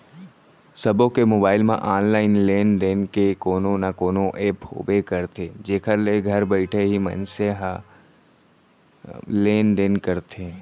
सबो के मोबाइल म ऑनलाइन लेन देन के कोनो न कोनो ऐप होबे करथे जेखर ले घर बइठे ही मनसे ह लेन देन करथे